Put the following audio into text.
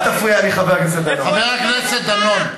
אל תפריע לי, חבר הכנסת דנון.